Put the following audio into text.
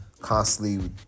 constantly